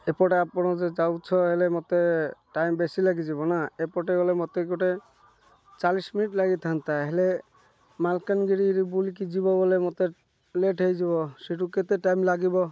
ଏପଟେ ଆପଣ ଯେ ଯାଉଛ ହେଲେ ମତେ ଟାଇମ୍ ବେଶୀ ଲାଗିଯିବ ନା ଏପଟେ ଗଲେ ମତେ ଗୋଟେ ଚାଳିଶି ମିନିଟ୍ ଲାଗି ଥାନ୍ତା ହେଲେ ମାଲକାନଗିରିରେ ବୁଲିକି ଯିବ ବୋଲେ ମତେ ଲେଟ୍ ହେଇଯିବ ସେଇଠୁ କେତେ ଟାଇମ୍ ଲାଗିବ